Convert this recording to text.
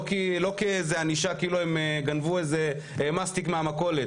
לא כאיזה ענישה כאילו הם גנבו איזה מסטיק מהמכולת,